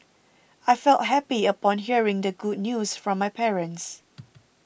I felt happy upon hearing the good news from my parents